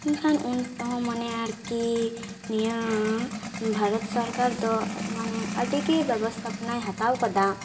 ᱢᱮᱱᱠᱷᱟᱱ ᱩᱱᱟᱹᱜ ᱦᱚᱸ ᱢᱟᱱᱮ ᱟᱨᱠᱤ ᱱᱤᱭᱟᱹ ᱵᱷᱟᱨᱚᱛ ᱥᱚᱨᱠᱟᱨ ᱫᱚ ᱢᱟᱱᱮ ᱟᱹᱰᱤ ᱜᱮ ᱵᱮᱵᱚᱥᱛᱷᱟᱯᱚᱱᱟᱭ ᱦᱟᱛᱟᱣ ᱟᱠᱟᱫᱟ